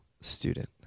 student